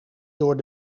door